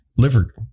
liver